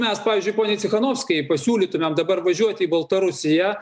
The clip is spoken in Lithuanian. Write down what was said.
mes pavyzdžiu poniai cichanouskajai pasiūlytumėm dabar važiuot į baltarusiją